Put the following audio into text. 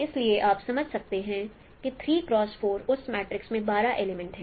इसलिए जैसा कि आप समझ सकते हैं कि उस मैट्रिक्स में 12 एलिमेंट हैं